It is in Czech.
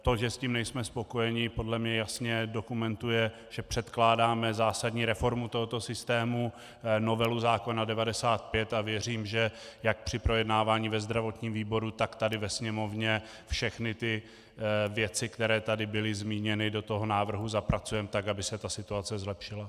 To, že s tím nejsme spokojeni, podle mě jasně dokumentuje, že předkládáme zásadní reformu tohoto systému, novelu zákona č. 95, a věřím, že jak při projednávání ve zdravotním výboru, tak tady ve Sněmovně všechny ty věci, které tady byly zmíněny, do toho návrhu zapracujeme tak, aby se ta situace zlepšila.